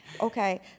Okay